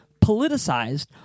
politicized